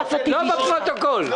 שוב אני אומר.